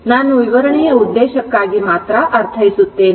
ನಾನು ವಿವರಣೆಯ ಉದ್ದೇಶಕ್ಕಾಗಿ ಮಾತ್ರ ಅರ್ಥೈಸುತ್ತೇನೆ